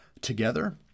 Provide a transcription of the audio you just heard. together